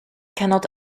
cannot